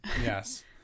yes